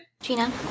Gina